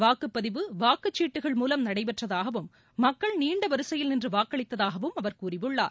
வாக்குப்பதிவு வாக்குச்சீட்டுகள் மூலம் நடைபெற்றதாகவும் மக்கள் நீண்ட வரிசையில் நின்று வாக்களித்ததாகவும் அவர் கூறியுள்ளார்